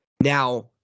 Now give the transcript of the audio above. Now